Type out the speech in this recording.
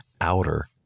outer